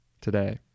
today